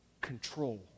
control